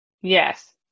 Yes